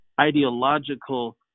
ideological